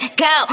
go